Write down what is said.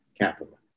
capital